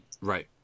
Right